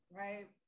right